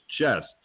chest